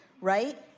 right